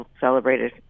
celebrated